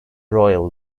royal